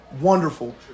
wonderful